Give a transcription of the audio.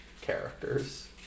characters